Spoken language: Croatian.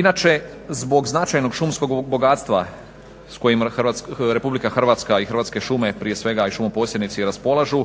Inače zbog značajnog šumskog bogatstva s kojim Republika Hrvatska i Hrvatske šume, prije svega i šumoposjednici raspolažu,